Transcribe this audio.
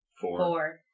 four